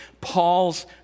Paul's